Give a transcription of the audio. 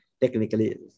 Technically